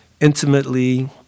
intimately